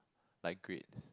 like grades